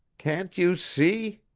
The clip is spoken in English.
can't you see?